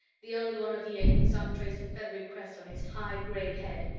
the only one of the eight with some trace of feathery crest on his high gray head,